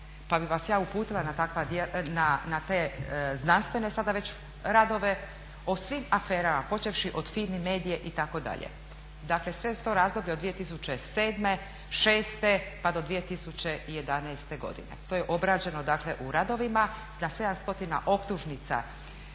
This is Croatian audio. pa bih vas ja uputila na te znanstvene sada već radove o svim aferama, počevši od Fimi medie itd. Dakle sve je to razdoblje od 2007., 2006. pa do 2011. godine. To je obrađeno dakle u radovima, na 700 optužnica